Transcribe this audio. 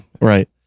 Right